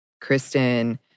Kristen